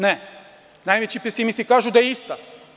Ne, najveći pesimisti kažu da je ista.